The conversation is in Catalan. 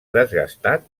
desgastat